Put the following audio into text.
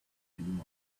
him